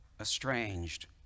estranged